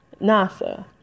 NASA